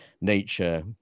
nature